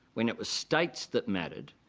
when it was states that mattered,